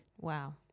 Wow